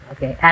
Okay